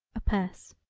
a purse.